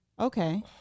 Okay